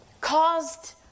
caused